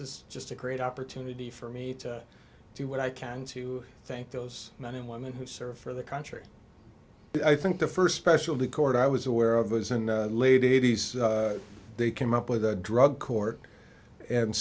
is just a great opportunity for me to do what i can to thank those men and women who serve for the country i think the first special record i was aware of is in the late eighty's they came up with a drug court and